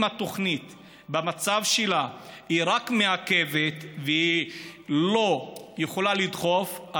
אם התוכנית במצב שלה רק מעכבת והיא לא יכולה לדחוף,